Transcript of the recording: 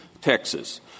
Texas